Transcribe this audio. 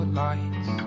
lights